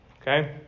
okay